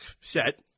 set